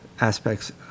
aspects